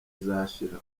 izashira